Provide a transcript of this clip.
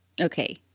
Okay